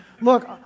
look